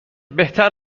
بهتر